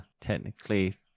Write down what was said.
technically